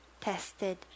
tested